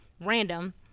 random